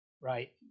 right